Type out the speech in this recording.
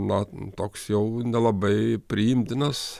na toks jau nelabai priimtinas